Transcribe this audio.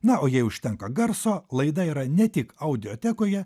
na o jei užtenka garso laida yra ne tik audiotekose